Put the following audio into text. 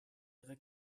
ihre